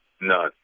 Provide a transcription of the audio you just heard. None